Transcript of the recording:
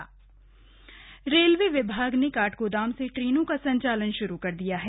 ट्रेनें शुरू रेलवे विभाग ने काठगोदाम से ट्रेनों का संचालन श्रू कर दिया है